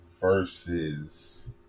versus